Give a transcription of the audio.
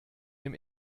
dem